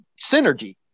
synergy